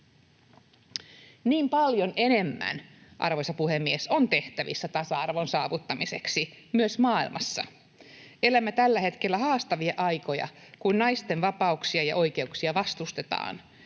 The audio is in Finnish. Niin paljon enemmän, arvoisa puhemies, on tehtävissä tasa-arvon saavuttamiseksi myös maailmassa. Elämme tällä hetkellä haastavia aikoja, kun naisten vapauksia ja oikeuksia vastustetaan,